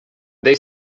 they